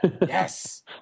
Yes